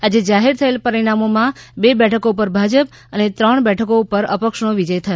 આજે જાહેર થયેલા પરિણામોમાં બે બેઠકો ઉપર ભાજપ અને ત્રણ બેઠકો ઉપર અપક્ષનો વિજય થયો છે